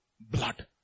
blood